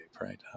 right